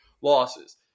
losses